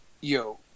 yo